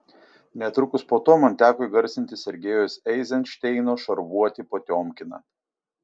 netrukus po to man teko įgarsinti sergejaus eizenšteino šarvuotį potiomkiną